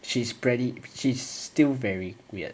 she's pretty she's still very weird